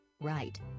Right